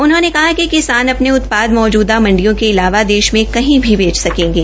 उनहोंने कहा कि किसान अपने उत्पाद मौजूदा मंडियो के अलावा देश में कही भी बेच सकेंगे